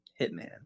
Hitman